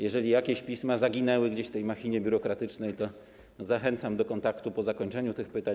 Jeżeli jakieś pisma zaginęły gdzieś w tej machinie biurokratycznej, to zachęcam do kontaktu po zakończeniu tych pytań.